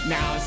Now